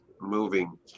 moving